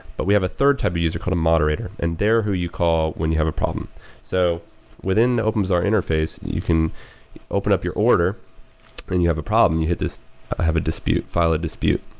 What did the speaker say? but we have a third type of user called a moderator, and they're who you call when you have a problem so within openbazaar interface, you can open up your order and you have a problem you hit this i have a dispute, file a dispute.